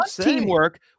teamwork